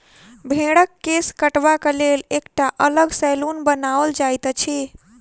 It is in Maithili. भेंड़क केश काटबाक लेल एकटा अलग सैलून बनाओल जाइत अछि